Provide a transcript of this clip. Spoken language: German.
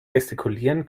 gestikulieren